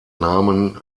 namen